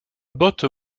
botte